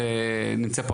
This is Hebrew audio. זה נמצא פה,